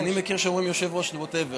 כי אני מכיר שאומרים יושב-ראש whatever,